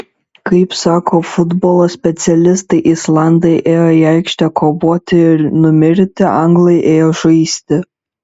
kaip sako futbolo specialistai islandai ėjo į aikštę kovoti ir numirti anglai ėjo žaisti